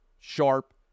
Sharp